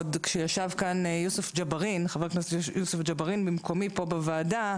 עוד כשישב כאן חבר הכנסת יוסף ג'בארין במקומי בוועדה,